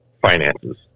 finances